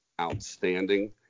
outstanding